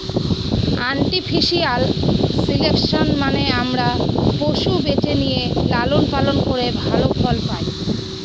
artificial selection মানে আমরা পশু বেছে নিয়ে লালন পালন করে ভালো ফল পায়